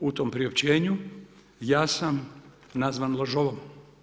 U tom priopćenju ja sam nazvan lažovom.